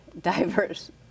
diverse